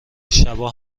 شبا